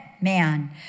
man